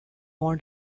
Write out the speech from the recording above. want